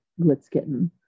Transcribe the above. Glitzkitten